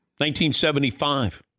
1975